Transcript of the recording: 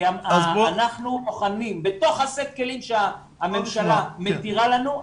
כי אנחנו בוחנים בתוך סט הכלים שהממשלה מתירה לנו,